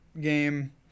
game